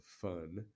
fun